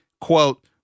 Quote